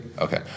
Okay